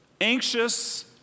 anxious